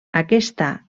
aquesta